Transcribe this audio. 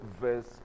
verse